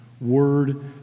word